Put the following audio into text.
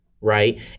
right